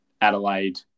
Adelaide